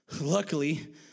Luckily